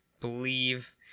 believe